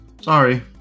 Sorry